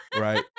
right